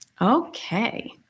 Okay